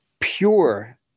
pure